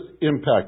impact